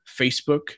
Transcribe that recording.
Facebook